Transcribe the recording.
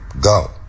go